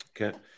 Okay